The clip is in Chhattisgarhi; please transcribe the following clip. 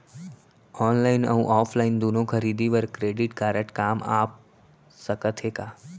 ऑनलाइन अऊ ऑफलाइन दूनो खरीदी बर क्रेडिट कारड काम आप सकत हे का?